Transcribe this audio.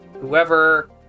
whoever